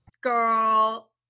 girl